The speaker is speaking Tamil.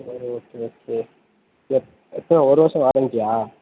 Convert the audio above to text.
சரி ஓகே ஓகே எத் எத்தனை ஒரு வருஷோம் வாரண்ட்டியா